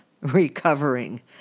recovering